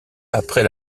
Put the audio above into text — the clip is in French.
après